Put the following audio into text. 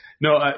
no